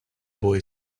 boy